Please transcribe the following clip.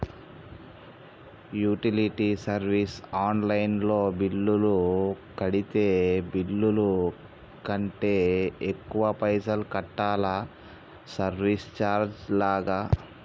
Utility service online లో bill కడితే bill కంటే ఎక్కువ పైసల్ కట్టాలా సర్వీస్ చార్జెస్ లాగా?